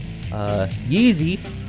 Yeezy